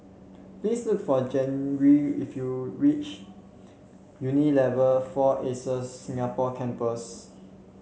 please look for Geri if you reach Unilever Four Acres Singapore Campus